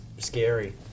scary